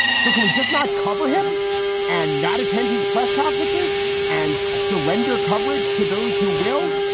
so can we just not cover him and not attend his press conferences and surrender coverage to those who will?